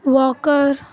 walker